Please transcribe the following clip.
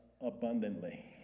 abundantly